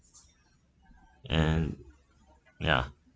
and ya